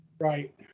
Right